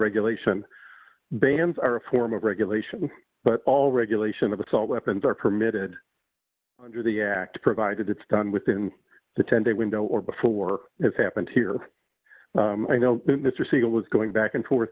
regulation bans are a form of regulation but all regulation of assault weapons are permitted under the act provided it's done within the ten day window or before as happened here i know mr siegel was going back and forth